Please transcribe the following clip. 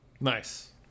Nice